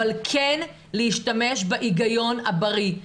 אבל כן להשתמש בהיגיון הבריא.